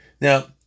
Now